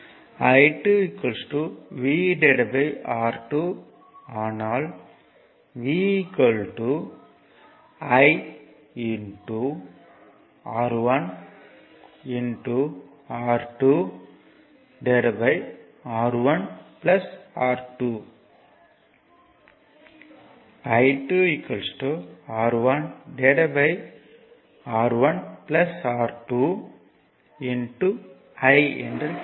I2 VR2 ஆனால் V I R1 R2R1 R2 I2 R1R1 R2 I என கிடைக்கும்